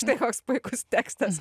štai koks puikus tekstas